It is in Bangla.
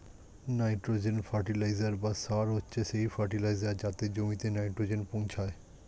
নাইট্রোজেন ফার্টিলাইজার বা সার হচ্ছে সেই ফার্টিলাইজার যাতে জমিতে নাইট্রোজেন পৌঁছায়